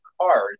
cars